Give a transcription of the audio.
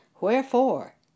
Wherefore